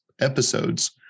episodes